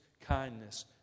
kindness